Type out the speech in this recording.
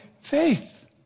faith